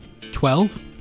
Twelve